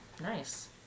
nice